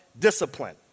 Discipline